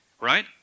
right